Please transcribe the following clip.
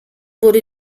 wurde